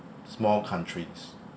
small countries